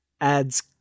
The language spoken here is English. adds